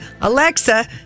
Alexa